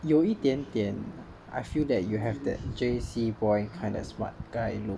有一点点 I feel that you have that J_C boy kind of smart guy look